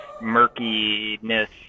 murkiness